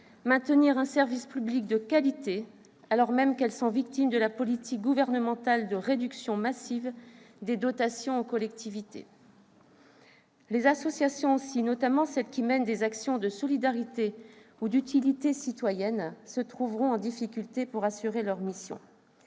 maintenir un service public de qualité alors même qu'elles sont victimes de la politique gouvernementale de réduction massive des dotations aux collectivités. Les associations, notamment celles qui mènent des actions de solidarité et d'utilité citoyenne, se trouveront elles aussi en difficulté pour assurer leurs missions.